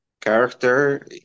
character